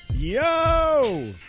Yo